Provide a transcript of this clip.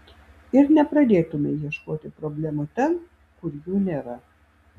ir nepradėtumei ieškoti problemų ten kur jų nėra